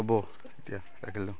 হ'ব এতিয়া ৰাখিলোঁ